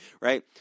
right